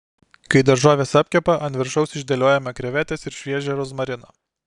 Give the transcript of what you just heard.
kai daržovės apkepa ant viršaus išdėliojame krevetes ir šviežią rozmariną